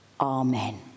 Amen